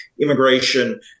immigration